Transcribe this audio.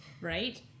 right